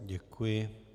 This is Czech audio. Děkuji.